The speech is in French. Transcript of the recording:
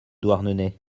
douarnenez